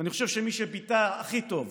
ואני חושב שמי שביטא הכי טוב